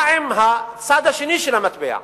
מה עם הצד השני של המטבע?